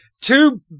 two